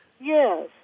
Yes